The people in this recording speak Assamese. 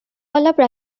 অলপ